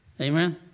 Amen